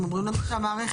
הם אומרים לנו שהמערכת,